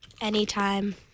Anytime